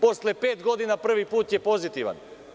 Posle pet godina prvi put je pozitivan.